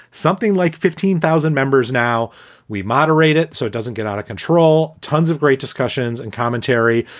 something like fifteen thousand members. now we moderate it so it doesn't get out of control. tons of great discussions and commentary.